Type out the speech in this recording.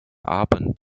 abend